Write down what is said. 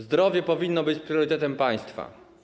Zdrowie powinno być priorytetem państwa.